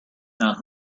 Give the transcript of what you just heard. now